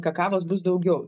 kakavos bus daugiau